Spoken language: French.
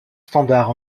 standards